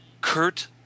Kurt